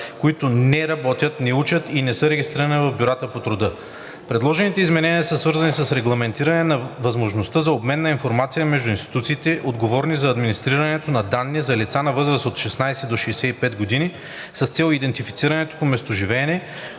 които не работят, не учат и не са регистрирани в бюрата по труда. Предложените изменения са свързани с регламентиране на възможността за обмен на информация между институциите, отговорни за администрирането на данни за лица на възраст от 16 до 65 години, с цел идентифициране по местоживеене,